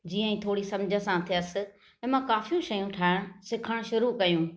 जीअं ई थोरी सम्झि सां थियसि अमां काफी शयूं ठाहिण सिखण शुरू कयूं